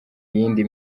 yindi